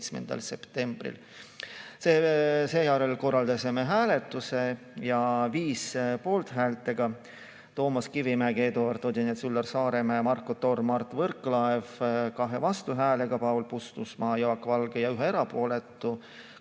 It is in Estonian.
27. septembril. Seejärel korraldasime hääletuse ning 5 poolthäälega – Toomas Kivimägi, Eduard Odinets, Üllar Saaremäe, Marko Torm, Mart Võrklaev –, 2 vastuhäälega – Paul Puustusmaa, Jaak Valge – ja 1 erapooletu